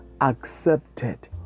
accepted